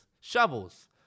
shovels